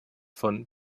von